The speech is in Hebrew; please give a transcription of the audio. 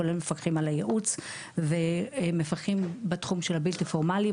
כולל מפקחים על ייעוץ ומפקחים בתחום של הבלתי פורמלי,